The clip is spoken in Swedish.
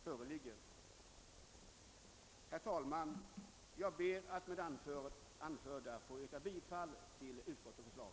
Herr talman! Jag ber att med det anförda få yrka bifall till utskottets förslag.